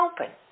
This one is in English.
open